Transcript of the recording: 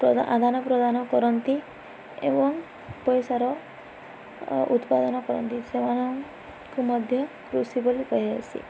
ପ୍ରଦ ଆଦାନ ପ୍ରଦାନ କରନ୍ତି ଏବଂ ପଇସାର ଉତ୍ପାଦନ କରନ୍ତି ସେମାନଙ୍କୁ ମଧ୍ୟ କୃଷି ବୋଲି